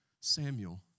Samuel